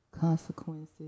consequences